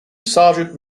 sargent